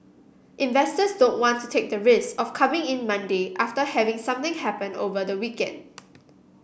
investors don't want to take the risk of coming in Monday after having something happen over the weekend